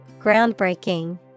Groundbreaking